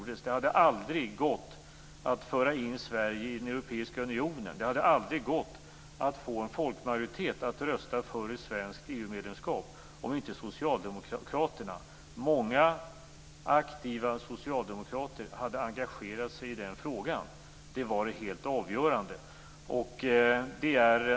Det skulle aldrig ha gått att föra in Sverige i den europeiska unionen och att få en folkmajoritet att rösta för ett svenskt EU-medlemskap om inte många aktiva socialdemokrater hade engagerat sig i frågan. Det var alltså det helt avgörande.